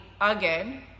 again